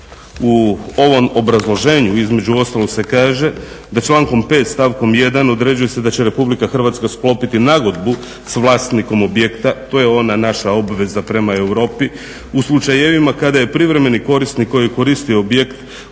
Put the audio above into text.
u ovom obrazloženju, između ostalog se kaže da člankom 5. stavkom 1 određuje se da će RH sklopiti nagodbu s vlasnikom objekta, to je ona naša obveza prema Europi, u slučajevima kada je privremeni korisnik koji je koristio objekt